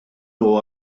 nhw